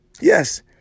Yes